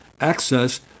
access